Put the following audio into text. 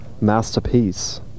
masterpiece